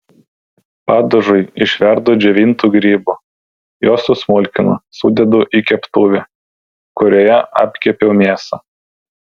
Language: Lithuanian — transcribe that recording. padažui išverdu džiovintų grybų juos susmulkinu sudedu į keptuvę kurioje apkepiau mėsą